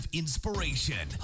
inspiration